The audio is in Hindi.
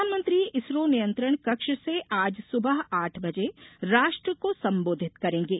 प्रधानमंत्री इसरो नियंत्रण कक्ष से आज सुबह आठ बजे राष्ट्र को संबोधित करेंगे